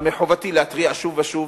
אבל מחובתי להתריע שוב ושוב,